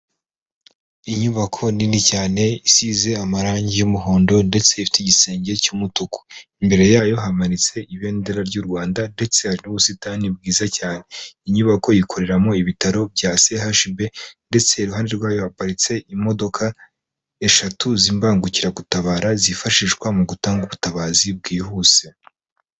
Inyubako nini cyane isize amarangi y'umuhondo ndetse ifite igisenge cy'umutuku, imbere yayo hamanitse ibendera ry'u Rwanda ndetse hari n'ubusitani bwiza cyane. Inyubako ikoreramo ibitaro bya CHUB ndetse iruhande rwayo haparitse imodoka eshatu z'imbangukiragutabara zifashishwa mu gutanga ubutabazi bwihuse.